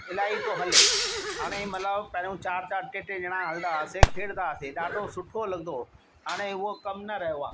इलाही थो हले हाणे मतिलब पहिरिर्यों चारि चारि टे टे ॼणा हलदा हुआसीं खेॾंदा हुआसीं ॾाढो सुठो लगंदो हो हाणे हूअ कम न रहियो आहे